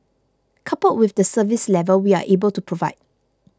coupled with the service level we are able to provide